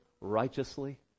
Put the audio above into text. righteously